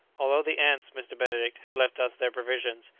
although the ants, mr. benedict, have left us their provisions,